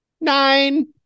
nine